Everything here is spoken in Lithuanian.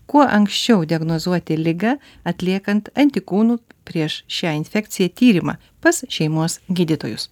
kuo anksčiau diagnozuoti ligą atliekant antikūnų prieš šią infekciją tyrimą pas šeimos gydytojus